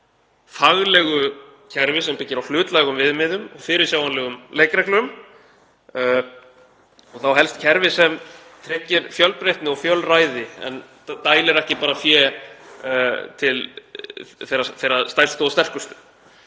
fjölmiðla, faglegu kerfi sem byggir á hlutlægum viðmiðum og fyrirsjáanlegum leikreglum og þá helst kerfi sem tryggir fjölbreytni og fjölræði en dælir ekki bara fé til þeirra stærstu og sterkustu.